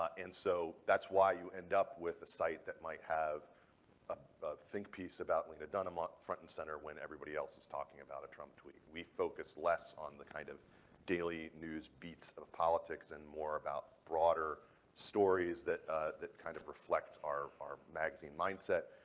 ah and so that's why you end up with a site that might have a think piece about lena dunham up front and center when everybody else is talking about a trump tweet. we focus less on the kind of daily news beats of politics and more about broader stories that that kind of reflect are our magazine mindset.